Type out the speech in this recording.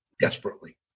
desperately